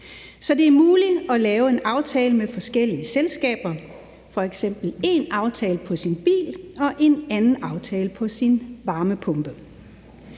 så det er muligt at lave en aftale med forskellige selskaber, f.eks. en aftale på sin bil og en anden aftale på sin varmepumpe.